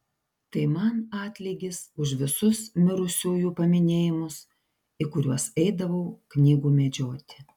tai man atlygis už visus mirusiųjų paminėjimus į kuriuos eidavau knygų medžioti